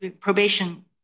probation